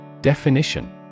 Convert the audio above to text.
Definition